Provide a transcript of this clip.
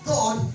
God